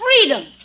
freedom